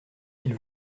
qu’il